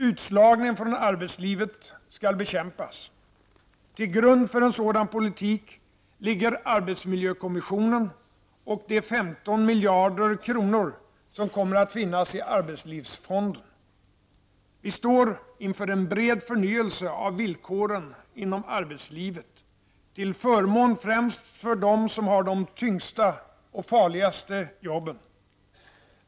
Utslagningen från arbetslivet skall bekämpas. Till grund för en sådan politik ligger arbetsmiljökommissionen och de 15 miljarder kronor som kommer att finnas i arbetslivsfonden. Vi står inför en bred förnyelse av villkoren inom arbetslivet, till förmån främst för dem som har de tyngsta och farligaste jobben.